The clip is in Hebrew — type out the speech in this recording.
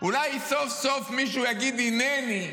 אולי סוף-סוף מישהו יגיד "הינני"